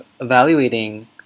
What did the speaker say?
evaluating